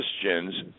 Christians